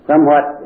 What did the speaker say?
Somewhat